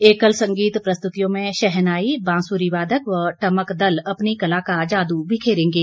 एकल संगीत प्रस्तुतियों में शहनाई बांसुरी वादक व टमक दल अपनी कला का जादू बिखेरेंगे